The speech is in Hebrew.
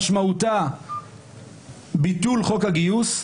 משמעותה ביטול חוק הגיוס,